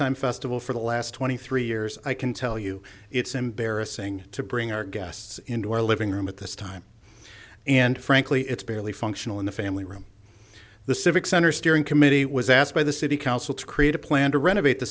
time festival for the last twenty three years i can tell you it's embarrassing to bring our guests into our living room at this time and frankly it's barely functional in the family room the civic center steering committee was asked by the city council to create a plan to renovate the